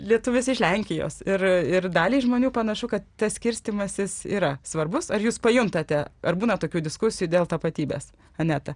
lietuvis iš lenkijos ir ir daliai žmonių panašu kad tas skirstymasis yra svarbus ar jūs pajuntate ar būna tokių diskusijų dėl tapatybės aneta